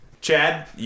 Chad